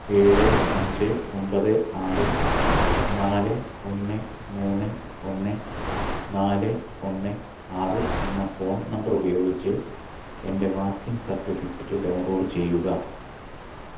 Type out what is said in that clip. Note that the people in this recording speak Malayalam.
ഏഴ് അഞ്ച് ഒമ്പത് ആറ് നാല് ഒന്ന് മൂന്ന് ഒന്ന് നാല് ഒന്ന് ആറ് എന്ന ഫോൺ നമ്പർ ഉപയോഗിച്ച് എൻ്റെ വാക്സിൻ സർട്ടിഫിക്കറ്റ് ഡൗൺലോഡ് ചെയ്യുക